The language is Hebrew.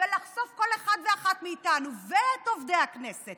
ולחשוף כל אחד ואחת מאיתנו, ואת עובדי הכנסת